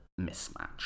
mismatch